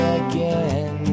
again